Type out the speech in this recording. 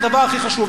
הדבר הכי חשוב.